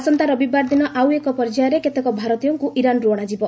ଆସନ୍ତା ରବିବାର ଦିନ ଆଉ ଏକ ପର୍ଯ୍ୟାୟରେ କେତେକ ଭାରତୀୟଙ୍କୁ ଇରାନ୍ରୁ ଅଶାଯିବ